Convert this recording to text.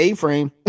A-frame